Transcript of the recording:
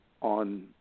on